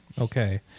Okay